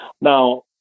now